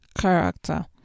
character